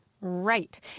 Right